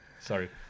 Sorry